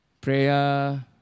Prayer